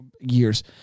years